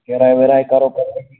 کِراے وِراے کَرو پَتہٕ اَتی کَتھ